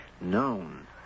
known